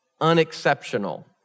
unexceptional